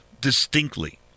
distinctly